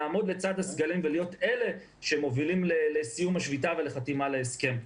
לעמוד לצד הסגלים ולהיות אלה שמובילות לסיום השביתה ולחתימה על הסכם.